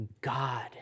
God